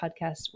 podcast